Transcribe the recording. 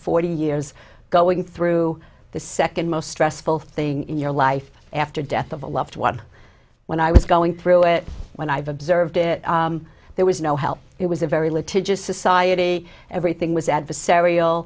forty years going through the second most stressful thing in your life after death of a loved one when i was going through it when i've observed it there was no help it was a very litigious society everything was adversarial